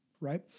Right